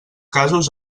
casos